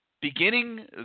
Beginning